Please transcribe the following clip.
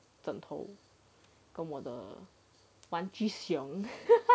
跟我的玩具熊